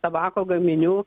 tabako gaminių